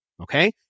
okay